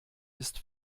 ist